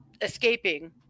escaping